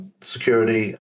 security